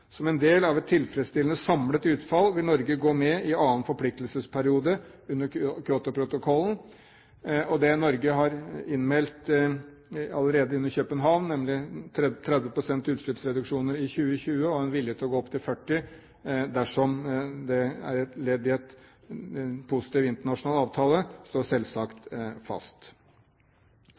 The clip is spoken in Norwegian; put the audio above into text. Som en del av et tilfredsstillende samlet utfall vil Norge gå med i 2. forpliktelsesperiode under Kyotoprotokollen. Det Norge innmeldte allerede under København, nemlig 30 pst. utslippsreduksjoner i 2020 og en vilje til å gå opp til 40 pst. dersom det er et ledd i en positiv internasjonal avtale, står selvsagt fast.